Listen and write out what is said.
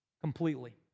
completely